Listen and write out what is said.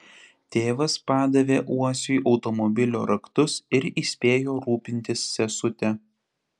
tėvas padavė uosiui automobilio raktus ir įspėjo rūpintis sesute